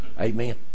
Amen